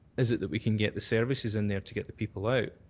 is it that we can get the services in there to get the people out?